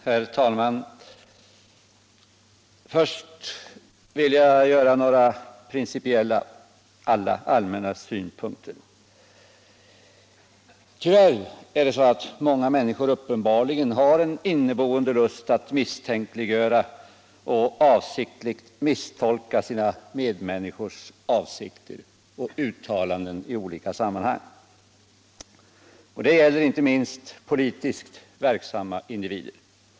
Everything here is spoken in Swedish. Herr talman! Först vill jag framföra några allmänna principiella synpunkter. Tyvärr har många människor uppenbarligen en inneboende lust att misstänkliggöra och avsiktligt misstolka sina medmänniskors avsikter och uttalanden i olika sammanhang, och det gäller inte minst politiskt verksamma individer.